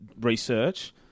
research